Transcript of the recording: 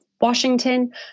Washington